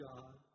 God